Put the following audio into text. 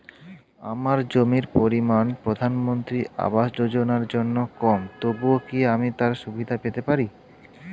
আমার জমির পরিমাণ প্রধানমন্ত্রী আবাস যোজনার জন্য কম তবুও কি আমি তার সুবিধা পেতে পারি?